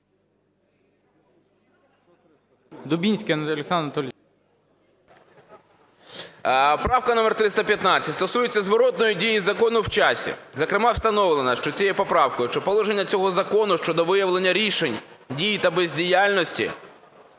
Дубінський Олександр Анатолійович. 11:39:16 ДУБІНСЬКИЙ О.А. Правка номер 315 стосується зворотної дії закону в часі. Зокрема, встановлено цієї поправкою, що положення цього закону щодо виявлення рішень, дій та бездіяльності